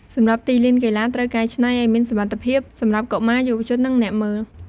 សម្រាប់ទីលានកីឡាត្រូវកែច្នៃឲ្យមានសុវត្ថិភាពសម្រាប់កុមារ យុវជន និងអ្នកមើល។